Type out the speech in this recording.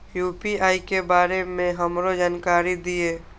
UPI के बारे में हमरो जानकारी दीय?